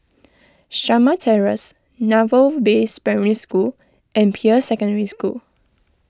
Shamah Terrace Naval Base Primary School and Peirce Secondary School